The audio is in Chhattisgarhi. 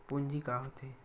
पूंजी का होथे?